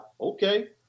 Okay